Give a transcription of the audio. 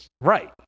right